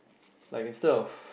like instead of